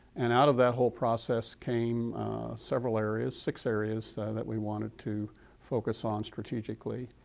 and out of that whole process came several areas, six areas that we wanted to focus on strategically.